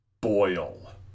boil